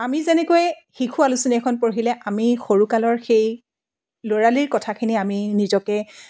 আমি যেনেকৈ শিশু আলোচনী এখন পঢ়িলে আমি সৰুকালৰ সেই ল'ৰালিৰ কথাখিনি আমি নিজকে